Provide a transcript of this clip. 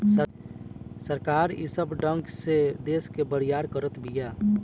सरकार ई सब ढंग से देस के बरियार करत बिया